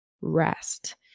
rest